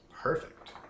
Perfect